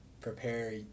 prepare